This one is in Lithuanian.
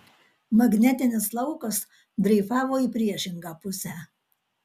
magnetinis laukas dreifavo į priešingą pusę